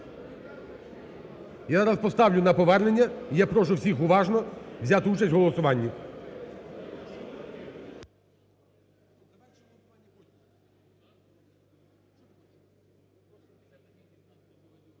Я зараз поставлю на повернення. Я прошу всіх уважно взяти участь в голосуванні.